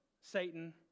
Satan